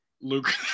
Luke